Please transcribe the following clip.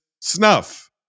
snuff